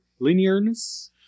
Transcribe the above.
Linearness